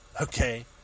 okay